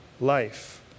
life